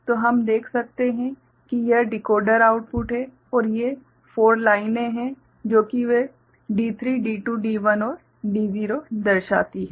तो हम देख सकते हैं कि यह डिकोडर आउटपुट है और ये 4 लाइन हैं जो कि वे D3 D2 D1 और D0 दर्शाती हैं